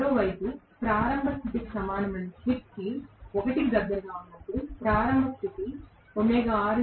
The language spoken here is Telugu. మరోవైపు ప్రారంభ స్థితికి సమానమైన స్లిప్ 1 కి దగ్గరగా ఉన్నప్పుడు ప్రారంభ పరిస్థితి 0